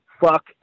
fuck